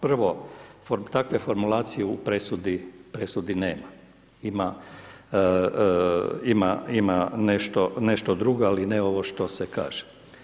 Prvo, takve formulacije u presudi nema. ima nešto drugo, ali ne ovo što se kaže.